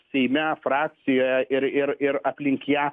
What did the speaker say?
seime frakcijoje ir ir ir aplink ją